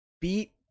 beat